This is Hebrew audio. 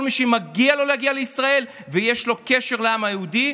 כל מי שמגיע לו להגיע לישראל ויש לו קשר לעם היהודי,